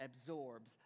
absorbs